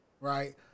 Right